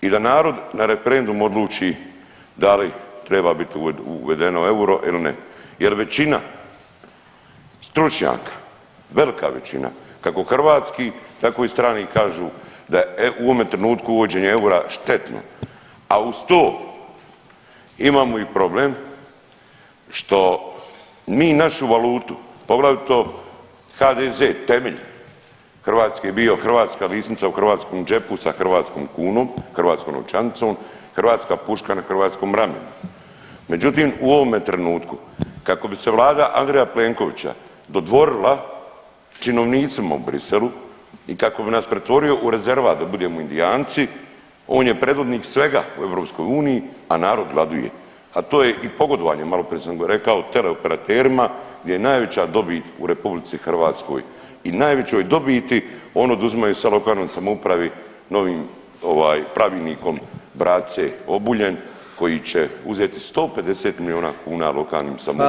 I da narod na referendumu odluči da li treba biti uvedeno euro ili ne jer većina stručnjaka, velika većina, kako hrvatskih, tako i stranih kažu da je u ovome trenutku uvođenje eura štetno, a uz to imamo i problem što mi našu valutu, poglavito HDZ, temelj, hrvatske je bio, hrvatska lisnica u hrvatskom džepu sa hrvatskom kunom, hrvatskom novčanicom, hrvatska puška na hrvatskom ramenu, međutim, u ovome trenutku kako bi se Vlada Andreja Plenkovića dodvorila činovnicima u Bruxellesu i kako bi nas pretvorio u rezervat da budemo Indijanci, on je predvodnik svega u EU, a narod gladuje, a to je i pogodovanje, maloprije sam rekao, teleoperaterima gdje je najveća dobit u RH i najvećoj dobiti on uzima ... lokalnoj samoupravi novim ovaj pravilnikom brace Obuljen koji će uzeti 150 milijuna kuna lokalnim samoupravama.